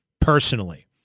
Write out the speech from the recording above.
personally